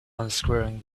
unscrewing